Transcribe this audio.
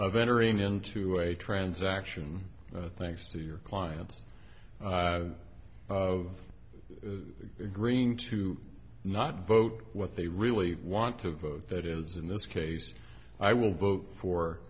of entering into a transaction thanks to your clients of green to not vote what they really want to vote that is in this case i will vote for